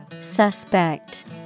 Suspect